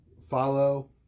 follow